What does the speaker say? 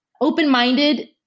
open-minded